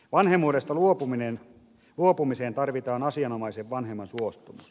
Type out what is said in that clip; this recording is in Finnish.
vanhemmuudesta luopumiseen tarvitaan asianomaisen vanhemman suostumus